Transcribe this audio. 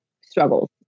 struggles